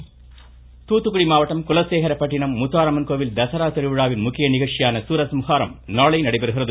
குரசம்ஹம் தூத்துக்குடி மாவட்டம் குலசேகரபட்டினம் முத்தாரம்மன் கோவில் தசரா திருவிழாவின் முக்கிய நிகழ்ச்சியான சூரசம்ஹாரம் நாளை நடைபெறுகிறது